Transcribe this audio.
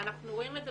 אנחנו רואים את זה